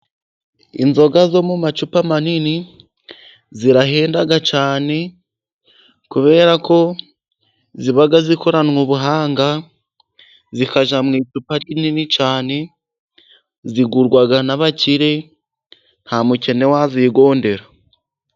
Inzoga zo mu macupa manini zirahenda cyane ,kuberako ziba zikoranwe ubuhanga ,zikajya mu icupa rinini cyane, zigurwa n'abakire nta mukene wazigondera.